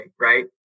right